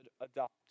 adopt